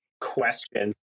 questions